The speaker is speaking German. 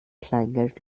kleingeld